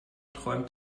träumt